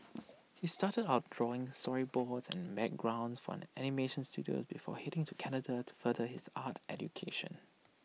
he started out drawing storyboards and backgrounds for an animation Studio before heading to Canada to further his art education